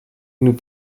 nous